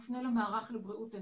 האדם מופנה למערך לבריאות הנפש.